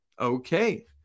okay